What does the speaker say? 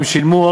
הם שילמו,